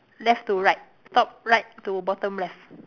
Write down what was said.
left to right top right to bottom left